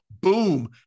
Boom